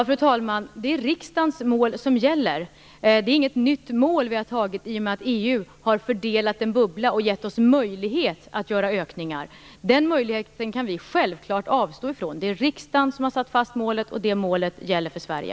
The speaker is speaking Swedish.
Fru talman! Det är riksdagens mål som gäller. Det är inget nytt mål vi har tagit i och med att EU har fördelat en bubbla och gett oss möjlighet att göra ökningar. Den möjligheten kan vi självfallet avstå från. Det är riksdagen som har lagt fast målet, och det målet gäller för Sverige.